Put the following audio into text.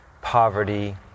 poverty